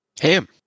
Ham